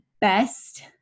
best